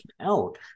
out